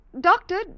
Doctor